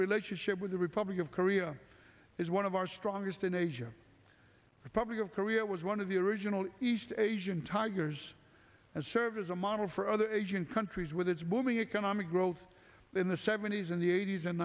relationship with the republic of korea is one of our strongest in asia republic of korea was one of the original east asian tigers and serve as a model for other asian countries with its booming economy growth in the seventies in the eighty's and